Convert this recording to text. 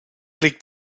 liegt